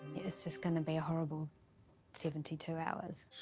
it's just gonna be a horrible seventy two hours.